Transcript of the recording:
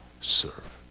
serve